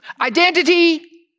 Identity